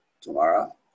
tomorrow